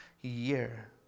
year